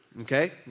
Okay